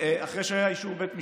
אחרי שהיה אישור בית משפט,